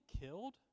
killed